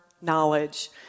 knowledge